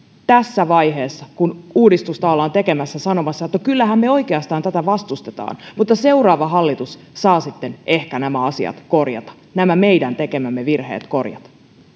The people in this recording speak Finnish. tässä vaiheessa kun uudistusta ollaan tekemässä sanoa että kyllähän me oikeastaan tätä vastustetaan mutta seuraava hallitus saa sitten ehkä nämä asiat korjata nämä meidän tekemämme virheet korjata